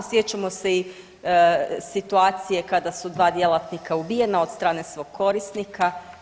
Sjećamo se i situacije kada su dva djelatnika ubijena od strane svog korisnika.